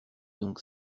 donc